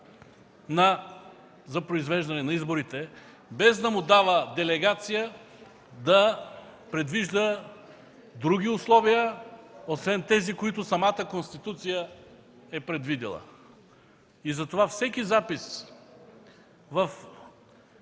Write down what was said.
за произвеждане на изборите, без да му дава делегация да предвижда други условия, освен тези, които самата Конституция е предвидила. Затова всеки запис в